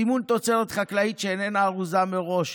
סימון תוצרת חקלאית שאיננה ארוזה מראש,